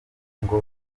ngo